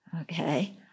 Okay